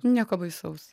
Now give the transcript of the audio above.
nieko baisaus